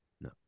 No